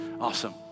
Awesome